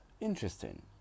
interesting